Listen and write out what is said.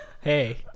hey